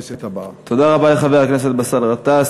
תודה רבה לחבר הכנסת באסל גטאס.